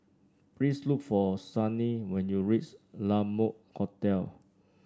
please look for Sunny when you reach La Mode Hotel